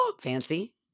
Fancy